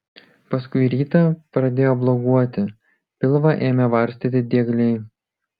paskui rytą pradėjo bloguoti pilvą ėmė varstyti diegliai